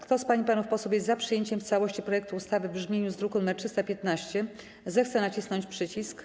Kto z pań i panów posłów jest za przyjęciem w całości projektu ustawy w brzmieniu z druku nr 315, zechce nacisnąć przycisk.